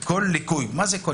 מה זה "כל ליקוי" למשל?